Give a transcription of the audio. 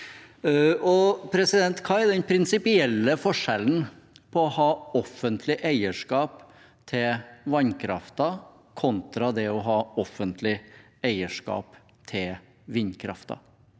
Hva er den prinsipielle forskjellen på å ha offentlig eierskap til vannkraften kontra det å ha offentlig eierskap til vindkraften?